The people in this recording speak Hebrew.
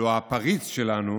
הלוא הפריץ שלנו